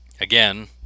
Again